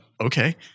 okay